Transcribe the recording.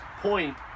point